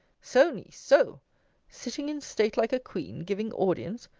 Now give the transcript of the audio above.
so, niece, so sitting in state like a queen, giving audience!